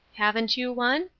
haven't you one?